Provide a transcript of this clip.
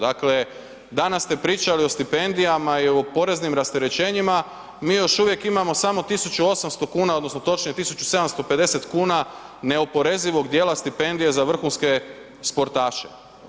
Dakle danas ste pričali o stipendijama i o poreznim rasterećenjima, mi još uvijek imamo samo 1.800 kuna odnosno točnije 1.750 kuna neoporezivog dijela stipendije za vrhunske sportaše.